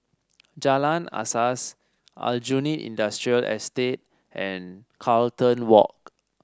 Jalan Asas Aljunied Industrial Estate and Carlton Walk